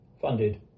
funded